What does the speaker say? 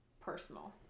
personal